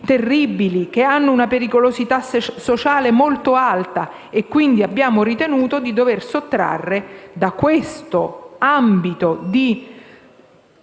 terribili, che hanno una pericolosità sociale molto alta, perciò abbiamo ritenuto di dover sottrarre da tale ambito...